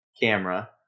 camera